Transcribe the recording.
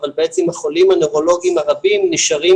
אבל בעצם החולים הנוירולוגיים הרבים נשארים